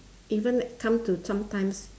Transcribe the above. even come to sometimes